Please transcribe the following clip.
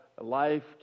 life